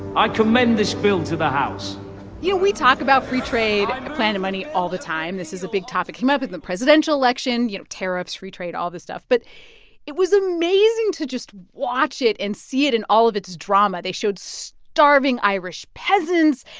i commend this bill to the house yeah we talk about free trade at planet money all the time. this is a big topic, came up in the presidential election you know, tariffs, free trade, all this stuff. but it was amazing to just watch it and see it in all of its drama. they showed so starving irish peasants,